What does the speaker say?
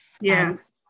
Yes